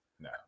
No